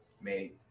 made